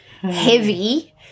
heavy